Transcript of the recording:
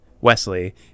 Wesley